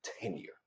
tenure